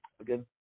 again